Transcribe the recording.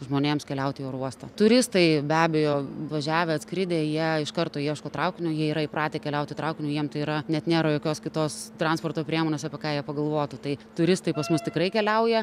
žmonėms keliauti į oro uostą turistai be abejo važiavę atskridę jie iš karto ieško traukinio jie yra įpratę keliauti traukiniu jiem tai yra net nėra jokios kitos transporto priemonės apie ką jie pagalvotų tai turistai pas mus tikrai keliauja